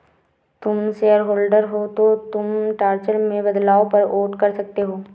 तुम शेयरहोल्डर हो तो तुम चार्टर में बदलाव पर वोट कर सकते हो